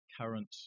current